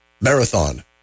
Marathon